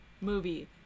movie